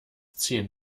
ziehen